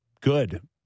good